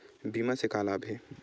बीमा से का लाभ हे?